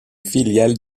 filiale